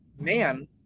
man